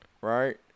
Right